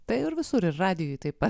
tai ir visur ir radijuje taip pat